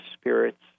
spirits